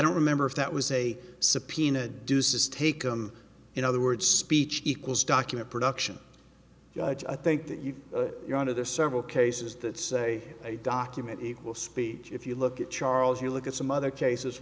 don't remember if that was a subpoena duces taken in other words speech equals document production i think that you your honor there are several cases that say a document equal speech if you look at charles you look at some other cases